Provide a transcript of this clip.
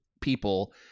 people